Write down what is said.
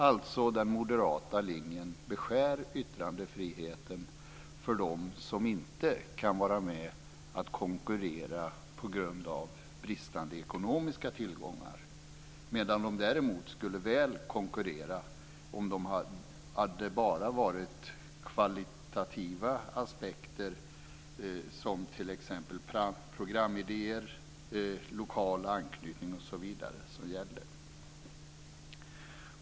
Alltså: Den moderata linjen beskär yttrandefriheten för dem som inte kan vara med och konkurrera på grund av bristande ekonomiska tillgångar, medan de däremot väl skulle kunna konkurrera om det bara hade varit kvalitativa aspekter som programidéer, lokal anknytning osv. som gällt.